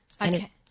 Okay